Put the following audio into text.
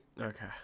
Okay